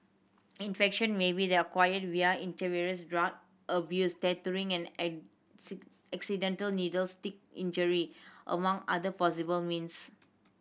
infection may be acquired via intravenous drug abuse tattooing and accidental needle stick injury among other possible means